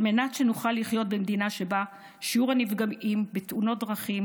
על מנת שנוכל לחיות במדינה שבה שיעור הנפגעים בתאונות דרכים